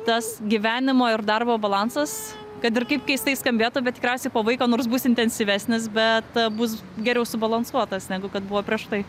tas gyvenimo ir darbo balansas kad ir kaip keistai skambėtų bet tikriausiai po vaiko nors bus intensyvesnis bet bus geriau subalansuotas negu kad buvo prieš tai